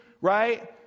right